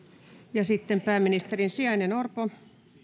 sitten pääministerin sijainen orpo